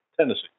Tennessee